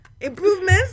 Improvements